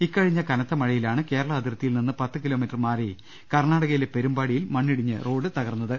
ഇക്കഴിഞ്ഞ കനത്ത മഴയിലാണ് കേരള അതിർത്തിയിൽ നിന്ന് പത്തുകിലോമീറ്റർ മാറി കർണാടകയിലെ പെരുംപാ ടിയിൽ മണ്ണിടിഞ്ഞ് റോഡ് തകർന്നത്